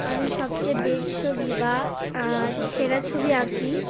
আমি সবচেয়ে বেস্ট ছবি বা সেরা ছবি আঁকি